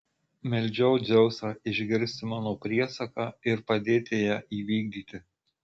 meldžiau dzeusą išgirsti mano priesaką ir padėti ją įvykdyti